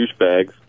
douchebags